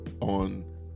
on